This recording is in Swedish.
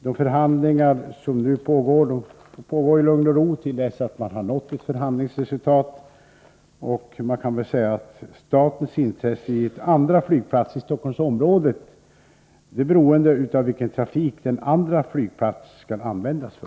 De förhandlingar som nu förs får pågå i lugn och ro till dess att man har nått ett förhandlingsresultat. Vi kan väl säga att statens intresse i en andra flygplats i Stockholmsområdet är beroende av vilken trafik den andra flygplatsen skall användas för.